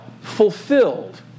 Fulfilled